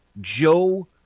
Joe